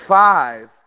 five